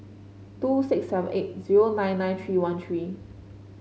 two six seven eight zero nine nine three one three